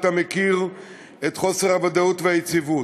אתה מכיר את חוסר הוודאות והיציבות.